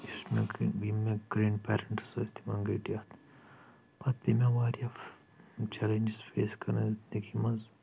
یُس مےٚ گرینٛڈ یِم مےٚ گرینٛڈ پیرنٹٕس ٲسۍ تِمن گٔیے ڈیتھ پتہٕ پٮ۪ے مےٚ واریاہ چیلینجس فیس کرٕنۍ زندگی منٛز